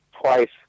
twice